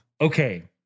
Okay